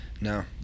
no